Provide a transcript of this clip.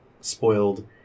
spoiled